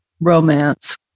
Romance